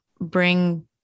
bring